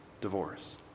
divorce